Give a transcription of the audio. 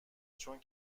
چون